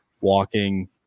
walking